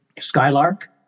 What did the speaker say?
Skylark